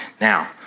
Now